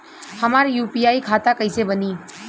हमार खाता यू.पी.आई खाता कइसे बनी?